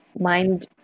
mind